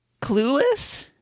clueless